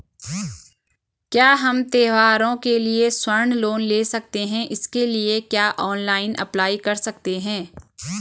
क्या हम त्यौहारों के लिए स्वर्ण लोन ले सकते हैं इसके लिए क्या ऑनलाइन अप्लाई कर सकते हैं?